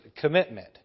commitment